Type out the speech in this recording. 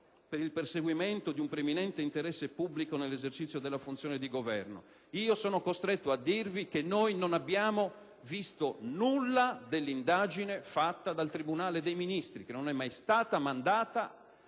per il perseguimento di un preminente interesse pubblico nell'esercizio della funzione di Governo. Mi vedo costretto a ricordare che noi non abbiamo visto nulla dell'indagine condotta dal tribunale dei ministri, che nessuna